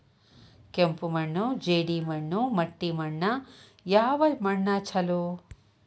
ಕೆಂಪು ಮಣ್ಣು, ಜೇಡಿ ಮಣ್ಣು, ಮಟ್ಟಿ ಮಣ್ಣ ಯಾವ ಮಣ್ಣ ಛಲೋ?